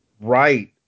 Right